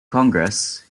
congress